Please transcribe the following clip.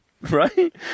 right